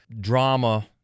drama